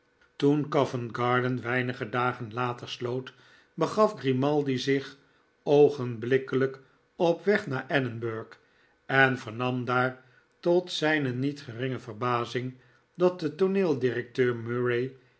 toen covent-garden weinige dagen later sloot begaf grimaldi zich oogenblikkelijk op weg naar edinburg en vernam daar tot zijne niet geringe verbazing dat de tooneeldirecteur murray